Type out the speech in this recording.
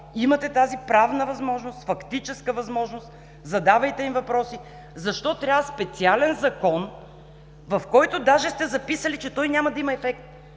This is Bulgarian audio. Имате тази правна възможност, фактическа възможност. Задавайте им въпроси! Защо трябва специален закон, в който даже сте записали, че той няма да има ефект?